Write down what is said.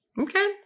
Okay